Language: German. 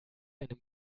einem